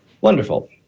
Wonderful